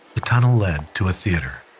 the tunnel led to a theater.